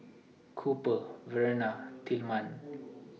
Cooper Verena and Tillman